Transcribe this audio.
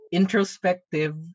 introspective